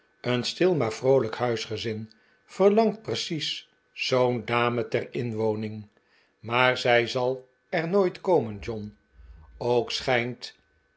een stil maar vroolijk huisgezin verlangt precies zoo'n dame ter inwoning maar zij zal er nooit komen john ook schijnt